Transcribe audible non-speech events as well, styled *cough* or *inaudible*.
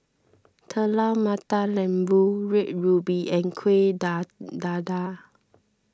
Telur Mata Lembu Red Ruby and Kueh *unintelligible* Dadar